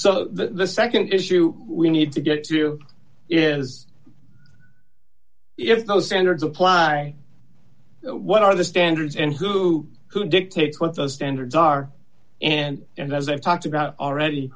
so the nd issue we need to get to you is if those standards apply what are the standards and who who dictates what those standards are and and as i've talked about already